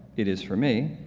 it is for me.